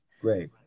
great